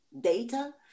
data